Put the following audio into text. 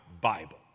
Bible